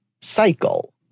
cycle